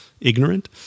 ignorant